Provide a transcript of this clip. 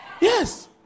Yes